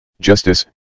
Justice